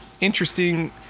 interesting